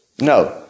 No